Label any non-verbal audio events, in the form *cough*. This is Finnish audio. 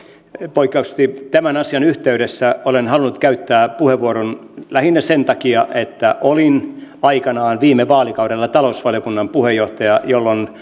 poikkeuksellisesti tämän asian yhteydessä olen halunnut käyttää puheenvuoron lähinnä sen takia että olin aikanaan viime vaalikaudella talousvaliokunnan puheenjohtaja jolloin *unintelligible*